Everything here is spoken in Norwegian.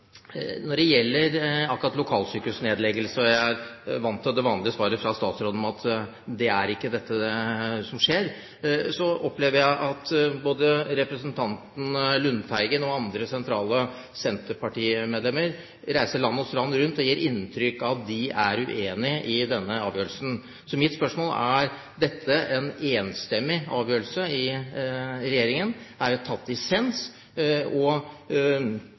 Jeg er vant til at det vanlige svaret fra statsråden når det gjelder lokalsykehusnedleggelse, er at det er ikke det som skjer. Så opplever jeg at både representanten Lundteigen og andre sentrale senterpartimedlemmer reiser land og strand rundt og gir inntrykk av at de er uenige i denne avgjørelsen. Mitt spørsmål er om dette er en enstemmig avgjørelse i regjeringen, om det er tatt dissens, og